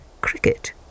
Cricket